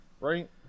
right